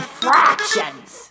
fractions